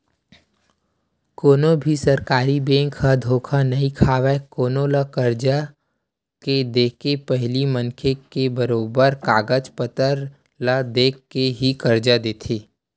कोनो भी सरकारी बेंक ह धोखा नइ खावय कोनो ल करजा के देके पहिली मनखे के बरोबर कागज पतर ल देख के ही करजा देथे